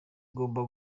igomba